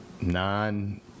nine